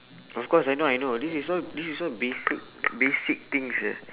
of course I know I know this is all this is all basic basic things ah